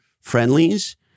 friendlies